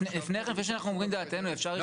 לפני שאנחנו אומרים את דעתנו אפשר לשמוע את הפתרון?